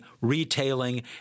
retailing